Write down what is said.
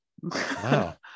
wow